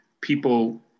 people